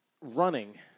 running